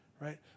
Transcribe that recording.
right